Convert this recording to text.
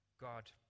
God